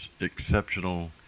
exceptional